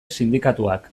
sindikatuak